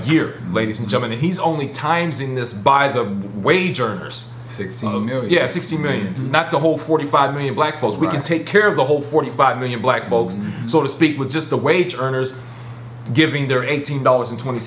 year ladies and germany he's only times in this by the wage earners sixty yes sixty million not the whole forty five million black folks we can take care of the whole forty five million black folks so to speak with just the wage earners giving their eighteen dollars and twenty